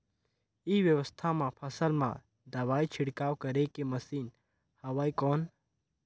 ई व्यवसाय म फसल मा दवाई छिड़काव करे के मशीन हवय कौन?